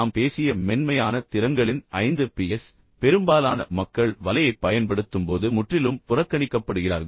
நாம் பேசிய மென்மையான திறன்களின் ஐந்து பிஎஸ் பெரும்பாலான மக்கள் வலையைப் பயன்படுத்தும்போது முற்றிலும் புறக்கணிக்கப்படுகிறார்கள்